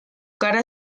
cara